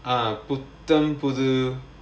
ah புத்தம் புது:putham pudhu